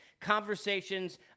conversations